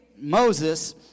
Moses